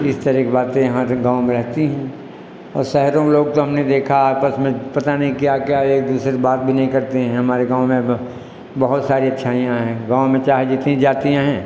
इस तरह की बातें यहाँ तक गाँव में रहती है और शहरों में लोग हमने तो देखा हैं आपस में पता नहीं क्या क्या एक दूसरे से बात भी नहीं करते हैं हमारे गाँव में अब बहुत सारी अच्छाईयाँ हैं गाँव में चाहे जितनी जातियां हैं